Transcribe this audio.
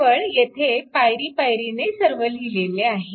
केवळ येथे पायरी पायरीने सर्व लिहिले आहे